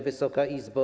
Wysoka Izbo!